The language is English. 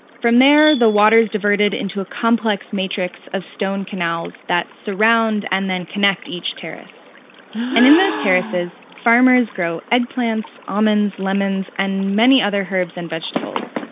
from there the water's diverted into a complex matrix of stone canals that surround and then connect each terrace and in those terraces, farmers grow eggplants, almonds, lemons and many other herbs and vegetables,